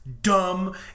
Dumb